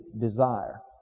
desire